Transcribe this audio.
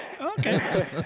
Okay